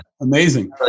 amazing